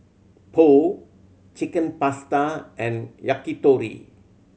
Pho Chicken Pasta and Yakitori